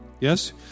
Yes